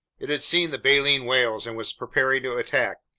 it had seen the baleen whales and was preparing to attack.